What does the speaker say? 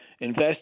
invest